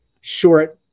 short